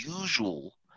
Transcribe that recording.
usual